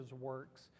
works